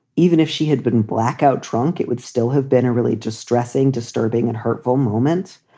even if she had been blackout drunk, it would still have been a really distressing, disturbing and hurtful moment.